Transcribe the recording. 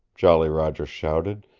jolly roger shouted.